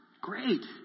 Great